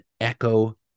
echo